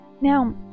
Now